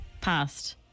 passed